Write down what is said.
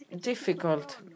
difficult